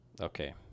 Okay